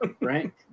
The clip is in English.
right